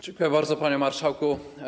Dziękuję bardzo, panie marszałku.